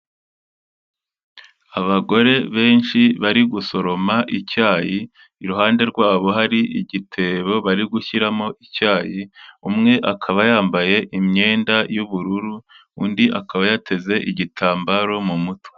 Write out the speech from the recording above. Abagore benshi bari gusoroma icyayi, iruhande rwabo hari igitebo bari gushyiramo icyayi, umwe akaba yambaye imyenda y'ubururu, undi akaba yateze igitambaro mu mutwe.